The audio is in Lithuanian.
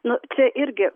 nu čia irgi